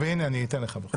והינה, אני אתן לך בכל זאת.